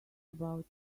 about